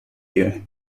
you